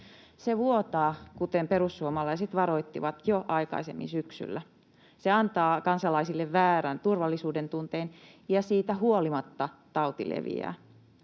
Se vuotaa, kuten perussuomalaiset varoittivat jo aikaisemmin syksyllä. Se antaa kansalaisille väärän turvallisuudentunteen, ja siitä huolimatta tauti leviää.